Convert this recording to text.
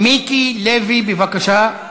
מיקי לוי, בבקשה.